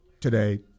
today